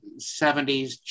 70s